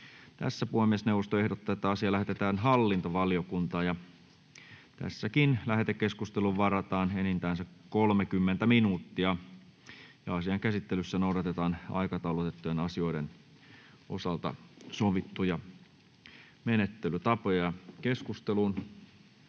asia. Puhemiesneuvosto ehdottaa, että asia lähetetään lakivaliokuntaan. Lähetekeskusteluun varataan enintään 30 minuuttia. Asian käsittelyssä noudatetaan tuttuun tapaan aikataulutettujen asioiden osalta sovittuja menettelytapoja. — Edustaja